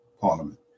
Parliament